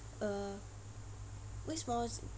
uh 为什么